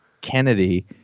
Kennedy